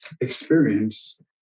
experience